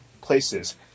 places